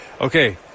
Okay